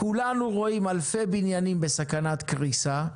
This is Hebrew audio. כולנו רואים אלפי בניינים בסכנת קריסה,